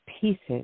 pieces